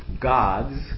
gods